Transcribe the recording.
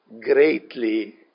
greatly